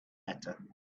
better